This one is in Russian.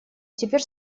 теперь